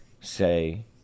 say